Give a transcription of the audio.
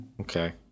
okay